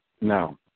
No